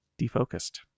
Defocused